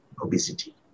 obesity